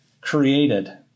created